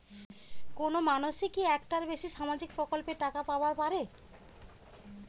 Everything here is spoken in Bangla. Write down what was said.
কোনো মানসি কি একটার বেশি সামাজিক প্রকল্পের টাকা পাবার পারে?